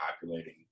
populating